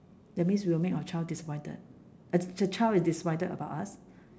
that means we will make our child disappointed uh the child is disappointed about us